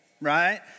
right